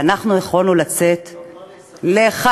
ואנחנו יכולנו לצאת לחקיקה,